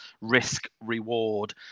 risk-reward